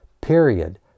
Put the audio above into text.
Period